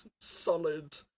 solid